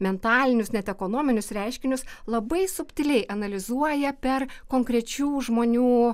mentalinius net ekonominius reiškinius labai subtiliai analizuoja per konkrečių žmonių